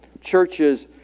churches